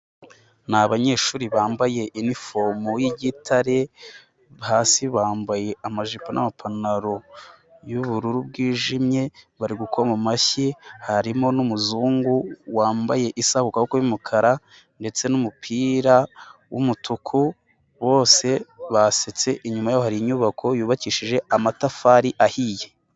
Ni abanyeshuri bambaye inifomu y'igitare, hasi bambaye amajipo n'amapantaro y'ubururu bwijimye bari gukoma amashyi, harimo n'umuzungu wambaye isaha ku kuboko y'umukara ndetse n'umupira w'umutuku bose basetse, inyuma hari inyubako yubakishije amatafari ahiye.